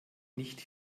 nicht